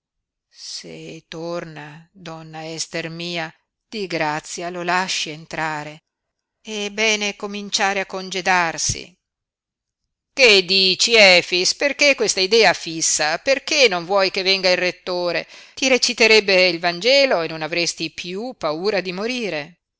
se torna donna ester mia di grazia lo lasci entrare è bene cominciare a congedarsi che dici efix perché questa idea fissa perché non vuoi che venga il rettore ti reciterebbe il vangelo e non avresti piú paura di morire